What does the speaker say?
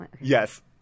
Yes